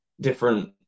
different